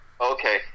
Okay